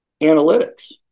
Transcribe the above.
analytics